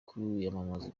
kwimakaza